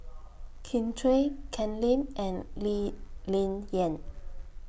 Kin Chui Ken Lim and Lee Ling Yen